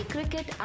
Cricket